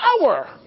power